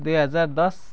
दुई हजार दस